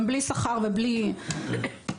גם בלי שכר ובלי תנאים.